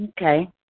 Okay